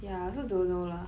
ya I also don't know lah